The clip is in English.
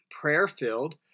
Prayer-filled